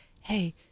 hey